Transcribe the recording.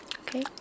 okay